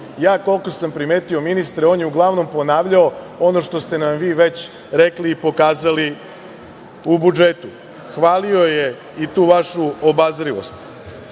Koliko sam primetio, ministre, on je uglavnom ponavljao ono što ste nam vi već rekli i pokazali u budžetu. Hvalio je i tu vašu obazrivost,